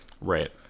right